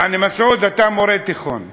יעני, מסעוד, אתה היית